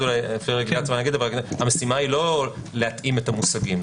להתאים את המושגים.